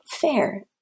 fair